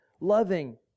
loving